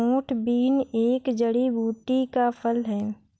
मोठ बीन एक जड़ी बूटी का फल है